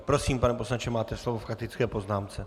Prosím, pane poslanče, máte slovo k faktické poznámce.